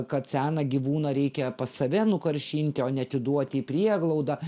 kad seną gyvūną reikia pas save nukaršinti o ne atiduoti į prieglaudą